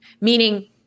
Meaning